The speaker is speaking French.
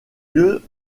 lieu